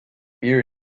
beer